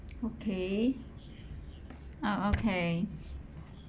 okay ah okay